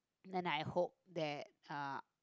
then I hope that uh